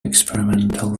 experimental